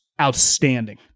outstanding